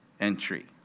Entry